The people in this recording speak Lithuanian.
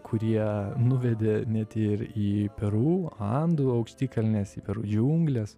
kurie nuvedė net ir į peru andų aukštikalnės į peru džiungles